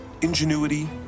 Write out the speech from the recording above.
ingenuity